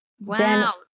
Wow